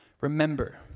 Remember